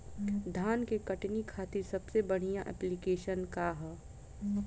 धान के कटनी खातिर सबसे बढ़िया ऐप्लिकेशनका ह?